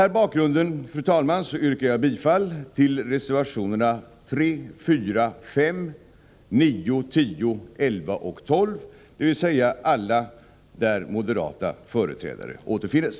Mot denna bakgrund yrkar jag bifall till reservationerna 3, 4, 5, 9, 10, 11 och 12, dvs. alla reservationer där moderata företrädare återfinns.